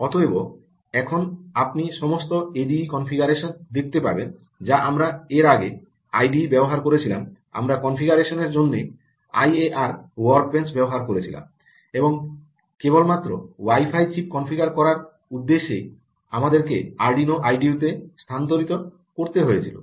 অতএব এখন আপনি সমস্ত এডিই কনফিগারেশন দেখতে পাবেন যা আমরা এর আগে আইডিই ব্যবহার করেছিলাম আমরা কনফিগারেশনের জন্য আইএআর ওয়ার্ক বেঞ্চ ব্যবহার করেছিলাম এবং কেবল মাত্র ওয়াই ফাই চিপ কনফিগার করার উদ্দেশ্যে আমাদেরকে আরডুনো আইডিইতে স্থানান্তরিত করতে হয়েছিল